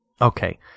Okay